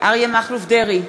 אריה מכלוף דרעי,